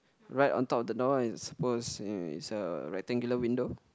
right on top of the door is was suppose is a rectangular window